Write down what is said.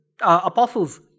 apostles